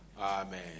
Amen